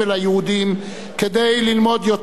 כדי ללמוד יותר האחד על השני,